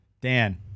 Dan